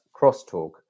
crosstalk